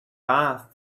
bathed